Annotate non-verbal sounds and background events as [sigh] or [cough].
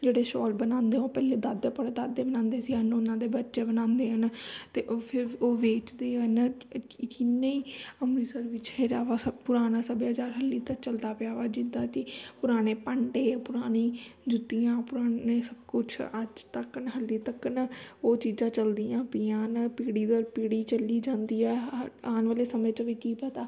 ਜਿਹੜੇ ਸ਼ੋਲ ਬਣਾਉਂਦੇ ਉਹ ਪਹਿਲੇ ਦਾਦੇ ਪੜਦਾਦੇ ਬਣਾਉਂਦੇ ਸੀ ਅਨ ਉਹਨਾਂ ਦੇ ਬੱਚੇ ਬਣਾਉਂਦੇ ਹਨ ਅਤੇ ਉਹ ਫਿਰ ਉਹ ਵੇਚਦੇ ਹਨ ਕਿੰਨੇ ਹੀ ਅੰਮ੍ਰਿਤਸਰ ਵਿੱਚ [unintelligible] ਸਭ ਪੁਰਾਣਾ ਸੱਭਿਆਚਾਰ ਹਜੇ ਤੱਕ ਚੱਲਦਾ ਪਿਆ ਵਾ ਜਿੱਦਾਂ ਕਿ ਪੁਰਾਣੇ ਭਾਂਡੇ ਪੁਰਾਣੀ ਜੁੱਤੀਆਂ ਪੁਰਾਣੇ ਸਭ ਕੁਛ ਅੱਜ ਤੱਕ ਹਜੇ ਤੱਕ ਉਹ ਚੀਜ਼ਾਂ ਚੱਲਦੀਆਂ ਪਈਆਂ ਹਨ ਪੀੜ੍ਹੀ ਦਰ ਪੀੜ੍ਹੀ ਚੱਲੀ ਜਾਂਦੀ ਹੈ ਆਉਣ ਵਾਲੇ ਸਮੇਂ 'ਚ ਵੀ ਕੀ ਪਤਾ